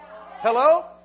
Hello